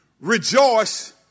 rejoice